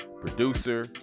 producer